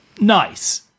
Nice